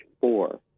four